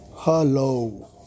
Hello